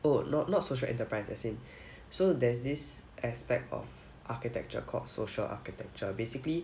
oh no not social enterprises as in so there's this aspect of architecture called social architecture basically